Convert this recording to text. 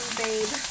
babe